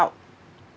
out